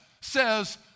says